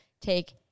take